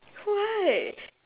why